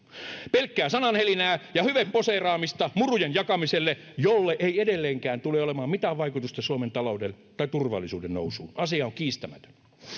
pelkkää sanahelinää ja hyveposeeraamista murujen jakamiselle jolla ei edelleenkään tule olemaan mitään vaikutusta suomen talouden tai turvallisuuden nousuun asia on kiistämätön